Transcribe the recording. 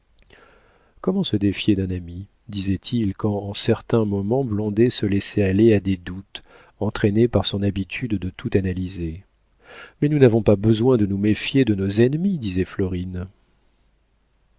comment se défier d'un ami disait-il quand en certains moments blondet se laissait aller à des doutes entraîné par son habitude de tout analyser mais nous n'avons pas besoin de nous méfier de nos ennemis disait florine